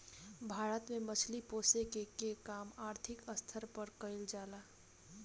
भारत में मछली पोसेके के काम आर्थिक स्तर पर कईल जा ला